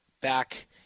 back